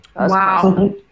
wow